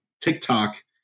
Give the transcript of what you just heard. TikTok